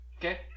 Okay